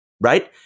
right